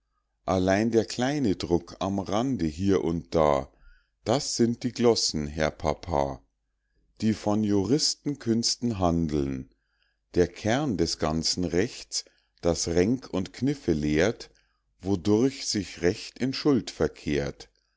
allein der kleine druck am rande hier und da das sind die glossen herr papa die von juristenkünsten handeln der kern des ganzen rechts das ränk und kniffe lehrt wodurch sich recht in